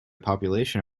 population